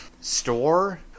store